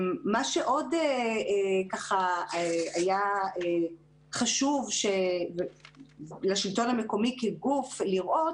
מה שעוד היה חשוב לשלטון המקומי כגוף לראות